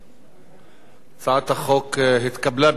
הצעת החוק התקבלה בקריאה שנייה,